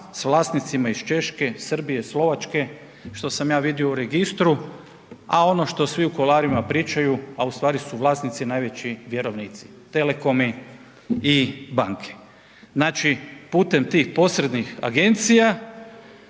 s vlasnicima iz Češke, Srbije, Slovačke što sam ja vidio u registru, a ono što svi u kuloarima pričaju, a u stvari su vlasnici najveći vjerovnici telekomi i banke. Znači, putem tih posrednih agencija